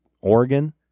Oregon